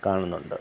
കാണുന്നുണ്ട്